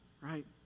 right